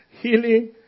Healing